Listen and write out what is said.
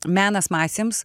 menas masėms